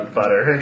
butter